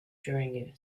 during